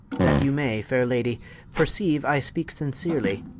that you may, faire lady perceiue i speake sincerely,